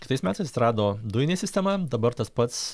kitais metais atsirado dujinė sistema dabar tas pats